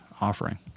offering